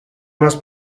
más